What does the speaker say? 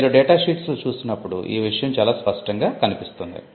మీరు డేటా షీట్స్లో చూసినప్పుడు ఈ విషయం చాలా స్పష్టంగా కనిపిస్తుంది